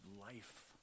life